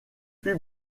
fut